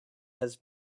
has